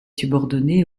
subordonnée